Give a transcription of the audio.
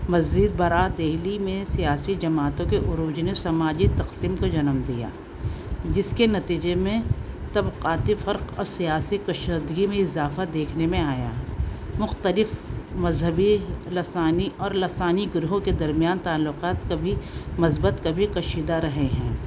مزید برآں دہلی میں سیاسی جماعتوں کے عروج نے سماجی تقسیم کو جنم دیا جس کے نتیجے میں طبقاتی فرق اور سیاسی کشیدگی میں اضافہ دیکھنے میں آیا مختلف مذہبی لسانی اور لسانی گروہو کے درمیان تعلقات کبھی مثبت کبھی کشیدہ رہے ہیں